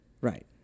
Right